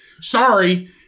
Sorry